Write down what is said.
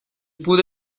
pude